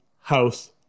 House